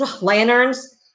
lanterns